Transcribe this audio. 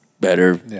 better